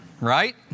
Right